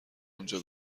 اونجا